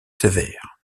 sévère